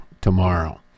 tomorrow